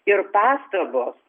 ir pastabos